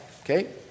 okay